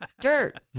dirt